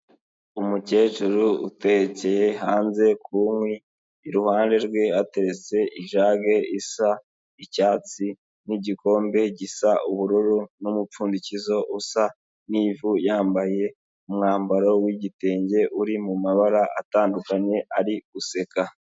Umukecuru utekeye hanze ku nkwi iruhande rwe ateretse ijage isa icyatsi n,igikombe gisa ubururu n'umupfundikizo usa n'ivu yambaye umwambaro wigitenge uri mumabara atandukanye ari guseka.